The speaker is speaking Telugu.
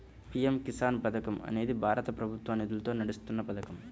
పీ.ఎం కిసాన్ పథకం అనేది భారత ప్రభుత్వ నిధులతో నడుస్తున్న పథకం